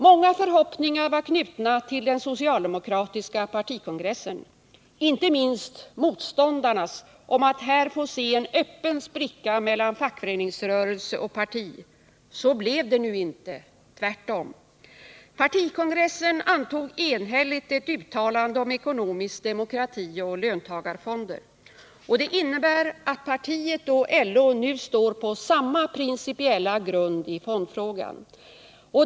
Många förhoppningar var knutna till den socialdemokratiska partikongressen — inte minst motståndarnas om att här få se en öppen spricka mellan fackföreningsrörelse och parti. Så blev det nu inte — tvärtom. Partikongressen antog enhälligt ett utlåtande om ekonomisk demokrati och löntagarfonder. Det innebär att partiet och LO nu står på samma principiella grund i fondfrågan.